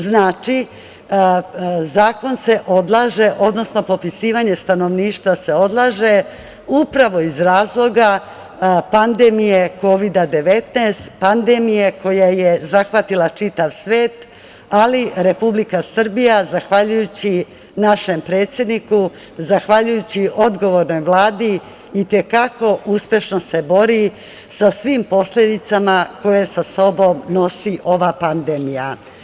Znači, zakon se odlaže, odnosno popisivanje stanovništva se odlaže, upravo iz razloga pandemije Kovida-19, pandemije koja je zahvatila čitav svet, ali Republika Srbija, zahvaljujući našem predsedniku, zahvaljujući odgovornoj Vladi i te kako uspešno se bori sa svim posledicama koje sa sobom nosi ova pandemija.